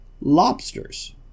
lobsters